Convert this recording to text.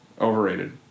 Overrated